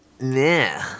nah